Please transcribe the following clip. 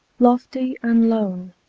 lofty and lone,